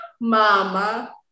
mama